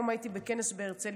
היום הייתי בכנס בהרצליה,